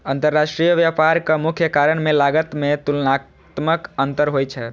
अंतरराष्ट्रीय व्यापारक मुख्य कारण मे लागत मे तुलनात्मक अंतर होइ छै